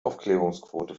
aufklärungsquote